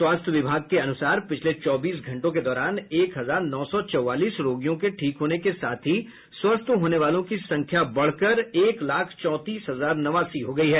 स्वास्थ्य विभाग के अनुसार पिछले चौबीस घंटों के दौरान एक हजार नौ सौ चौवालीस रोगियों के ठीक होने के साथ ही स्वस्थ होने वालों की संख्या बढ़कर एक लाख चौंतीस हजार नवासी हो गयी है